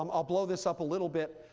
um i'll blow this up a little bit,